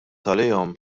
għalihom